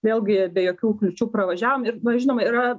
vėlgi be jokių kliūčių pravažiavom ir na žinoma yra